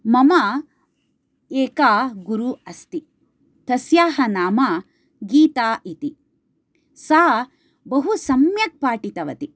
मम एका गुरुः अस्ति तस्याः नाम गीता इति सा बहु सम्यक् पाठितवती